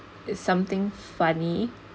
it's something funny